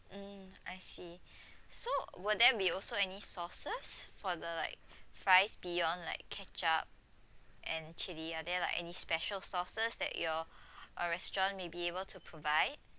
mm I see so will there be also any sauces for the like fries beyond like ketchup and chili are there like any special sauces that your uh restaurant may be able to provide